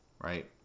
right